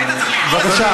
אתה רוצה